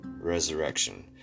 resurrection